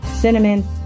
cinnamon